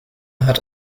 hat